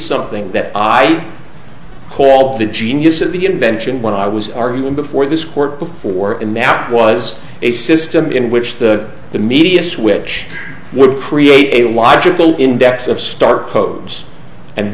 something that i call the genius of the invention when i was arguing before this court before and there was a system in which the the media switch would create a logical index of star codes and